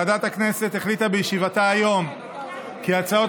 ועדת הכנסת החליטה בישיבתה היום כי הצעות